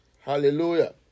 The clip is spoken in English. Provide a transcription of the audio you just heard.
Hallelujah